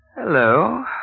Hello